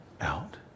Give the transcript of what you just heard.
out